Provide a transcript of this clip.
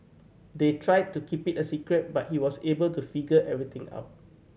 they tried to keep it a secret but he was able to figure everything out